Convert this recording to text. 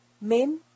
Min